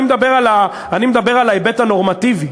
אני מדבר על ההיבט הנורמטיבי,